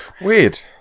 Weird